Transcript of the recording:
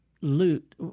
loot